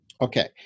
Okay